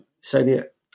soviet